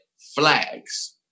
flags